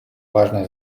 важное